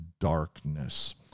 darkness